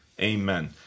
Amen